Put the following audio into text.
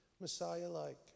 Messiah-like